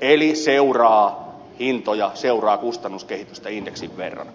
eli seuraa hintoja seuraa kustannuskehitystä indeksin verran